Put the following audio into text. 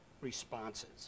responses